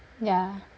ya